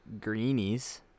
Greenies